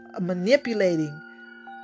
manipulating